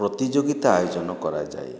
ପ୍ରତିଯୋଗିତା ଆୟୋଜନ କରାଯାଏ